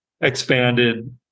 expanded